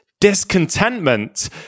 discontentment